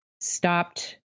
stopped